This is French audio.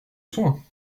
soins